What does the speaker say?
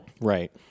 Right